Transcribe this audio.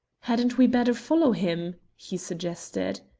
hadn't we better follow him? he suggested.